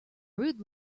rude